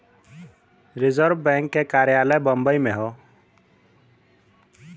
reserve bank के कार्यालय बम्बई में हौ